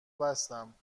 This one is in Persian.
بستم